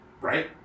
Right